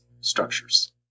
structures